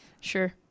sure